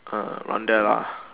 ah around there lah